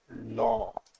law